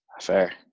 Fair